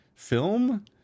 film